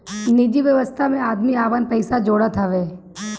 निजि व्यवस्था में आदमी आपन पइसा जोड़त हवे